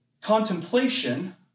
contemplation